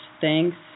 thanks